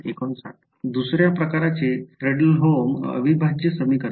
५९ दुसर्या प्रकारचे फ्रेडहोल्म अविभाज्य समीकरण